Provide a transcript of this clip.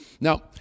Now